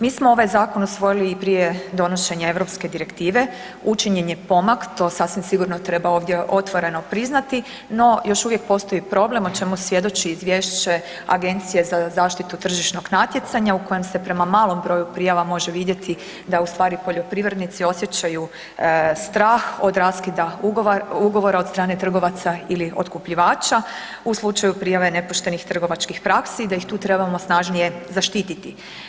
Mi smo ovaj zakon usvojili i prije donošenja europske direktive, učinjen je pomak, to sasvim sigurno treba ovdje otvoreno priznati, no još uvijek postoji problem o čemu svjedoči izvješće Agencije za zaštitu tržišnog natjecanja u kojem se prema malom broju prijava može vidjeti da u stvari poljoprivrednici osjećaju strah od raskida ugovora od strane trgovaca ili otkupljivača u slučaju prijave nepoštenih trgovačkih praksi i da ih tu trebamo snažnije zaštititi.